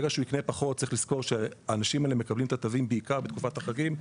צריך לזכור שהאנשים האלה מקבלים את התווים בעיקר בתקופת החגים,